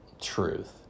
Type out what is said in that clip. truth